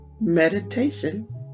meditation